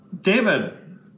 david